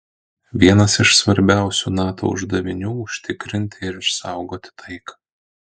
vienas iš svarbiausių nato uždavinių užtikrinti ir išsaugoti taiką